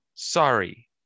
Sorry